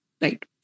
right